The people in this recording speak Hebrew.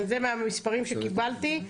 זה מהמספרים שקיבלתי.